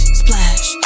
splash